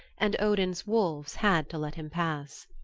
and odin's wolves had to let him pass.